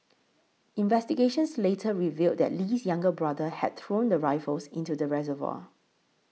investigations later revealed that Lee's younger brother had thrown the rifles into the reservoir